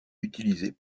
utilisés